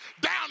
down